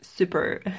super